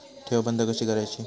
ठेव बंद कशी करायची?